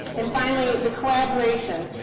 and finally, the collaboration,